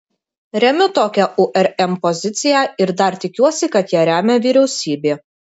remiu tokią urm poziciją ir dar tikiuosi kad ją remia vyriausybė